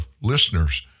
listeners